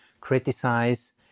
criticize